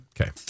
Okay